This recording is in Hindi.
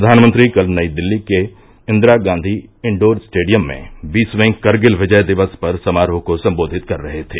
प्रवानमंत्री कल नई दिल्ली के इंदिरा गांधी इंडोर स्टेडियम में बीसवें करगिल विजय दिवस पर समारोह को संबोधित कर रहे थे